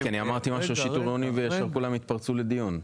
כי אני אמרתי משהו 'שיטור עירוני' וכולם התפרצו לדיון.